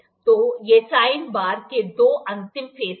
तो ये साइन बार के दो अंतिम फेसस हैं